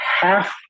half